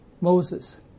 Moses